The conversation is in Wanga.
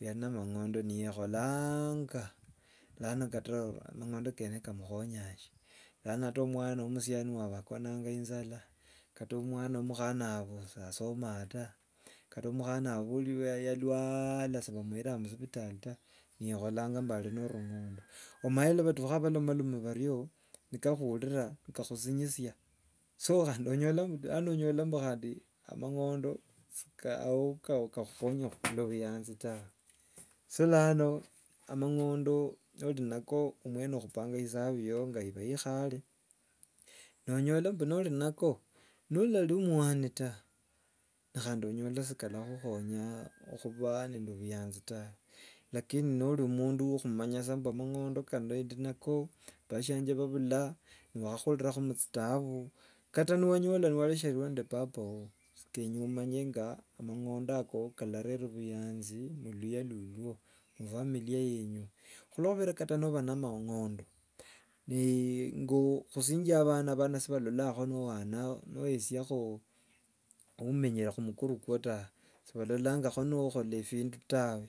oyo ari na amang'ondo niyekholanga bhulano kata amang'ondo kene kamukhonyanya nashi? Kata omwana wo- omusiani wabhu bhakonanga injala, kata omwana omukhana wabhwe sasomanga ta, kata omukhana wabhu oyu yalwala sibamu- yiranga musivitali ta, ni- yekholanga mbu ari na amang'ondo. Omanyire nibatukha balomaloma bhario nikakhuurira kalahusinyisia. So khandi onyola mbu amang'ondo ao sika sikalakhukhonya okhuba nende obuyanzi ta. Lakini nori mundu wo- khumanya sa mbu amang'ondo kano ndio nako bhashienje bhaula, ni wakhurirakho muchitaabu, kata niwanyola niwaresherwa nende papa uo, so kenya omanye nga amang'ondo ako karera obuyanzi mululuya lulwo, mufamilia yenyu. Khulokhuba kata nobha na amang'ondo ni ngo okhusinjanga bhana bhano sibalola- ngakho no- waanakho, no- weresiakho omenyere khumukuru kwao ta, sibalola- ngakho nokhola ebindu tawe!